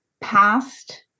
past